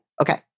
Okay